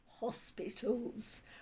hospitals